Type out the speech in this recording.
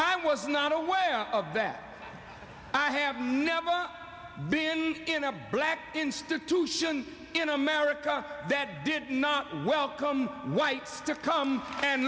i was not aware of that i have never been in a black institution in america that did not welcome whites to come and